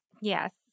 Yes